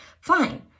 fine